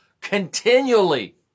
continually